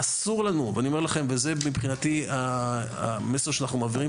ואני אומר לכם וזה מבחינתי המסר שאנחנו מעבירים